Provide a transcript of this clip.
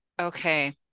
Okay